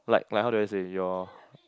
like like how do I say your